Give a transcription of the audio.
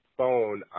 phone